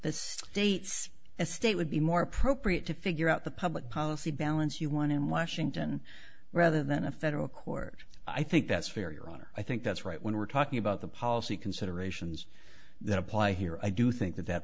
the states a state would be more appropriate to figure out the public policy balance you want in washington rather than a federal court i think that's fair your honor i think that's right when we're talking about the policy considerations that apply here i do think that that